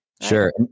Sure